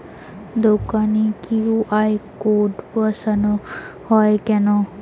দোকানে QR code বসানো হয় কেন?